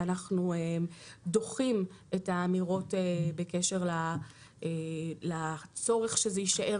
ואנחנו דוחים את האמירות בקשר לצורך שזה יישאר